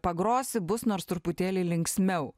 pagrosi bus nors truputėlį linksmiau